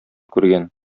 күргән